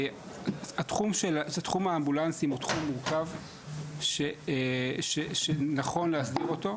התחום של האמבולנסים הוא תחום מורכב שנכון להסדיר אותו.